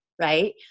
right